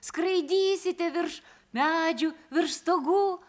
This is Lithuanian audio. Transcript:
skraidysite virš medžių virš stogų